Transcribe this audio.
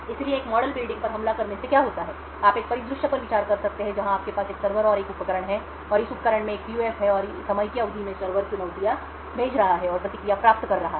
इसलिए एक model building पर हमला करने से क्या होता है कि आप एक परिदृश्य पर विचार कर सकते हैं जहां आपके पास एक सर्वर और एक उपकरण है और इस उपकरण में एक पीयूएफ है और समय की अवधि में सर्वर चुनौतियां भेज रहा है और प्रतिक्रिया प्राप्त कर रहा है